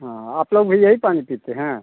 हाँ आप लोग भी यही पानी पीते हैं